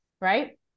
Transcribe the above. right